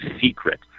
Secret